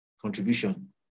contribution